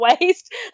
waste